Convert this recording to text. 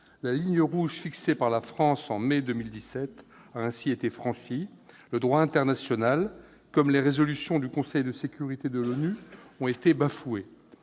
La ligne rouge fixée par la France en mai 2017 a ainsi été franchie. Le droit international comme les résolutions du Conseil de sécurité de l'ONU ont été bafoués.